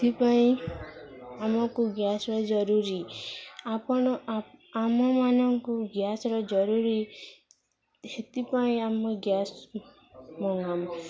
ସେଥିପାଇଁ ଆମକୁ ଗ୍ୟାସର ଜରୁରୀ ଆପଣ ଆମମାନଙ୍କୁ ଗ୍ୟାସର ଜରୁରୀ ସେଥିପାଇଁ ଆମେ ଗ୍ୟାସ ମଙ୍ଗାଉ